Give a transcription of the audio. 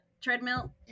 treadmill